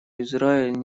израиль